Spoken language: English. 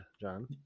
John